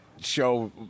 show